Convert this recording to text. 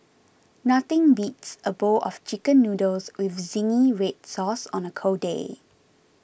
nothing beats a bowl of Chicken Noodles with Zingy Red Sauce on a cold day